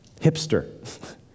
hipster